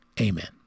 amen